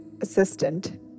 assistant